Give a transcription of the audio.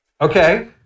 Okay